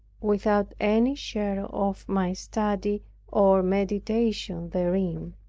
without any share of my study or meditation therein.